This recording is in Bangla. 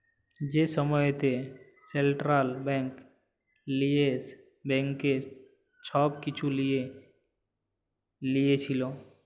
যে সময়তে সেলট্রাল ব্যাংক ইয়েস ব্যাংকের ছব কিছু লিঁয়ে লিয়েছিল